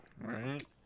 Right